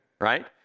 right